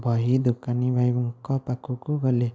ବହି ଦୋକାନୀ ଭାଇଙ୍କ ପାଖକୁ ଗଲି